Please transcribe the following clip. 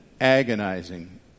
agonizing